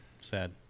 sad